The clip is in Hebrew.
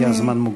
כי הזמן מוגבל.